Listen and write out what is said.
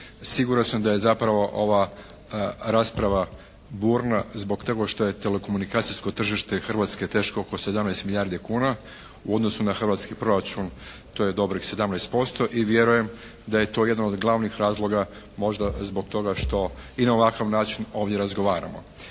siguran sam da je zapravo ova rasprava burna zbog toga što je telekomunikacijsko tržište Hrvatske teško oko 17 milijardi kuna, u odnosu na hrvatski proračun to je dobrih 17% i vjerujem da je to jedan od glavnih razloga možda zbog toga što i na ovakav način ovdje razgovaramo.